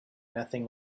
nothing